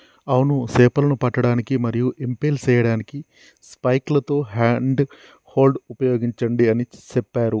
అవును సేపలను పట్టడానికి మరియు ఇంపెల్ సేయడానికి స్పైక్లతో హ్యాండ్ హోల్డ్ ఉపయోగించండి అని సెప్పారు